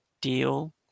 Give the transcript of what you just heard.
deal